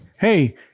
Hey